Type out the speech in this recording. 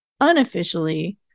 Unofficially